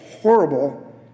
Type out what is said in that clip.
horrible